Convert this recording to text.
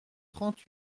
trente